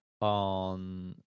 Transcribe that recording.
on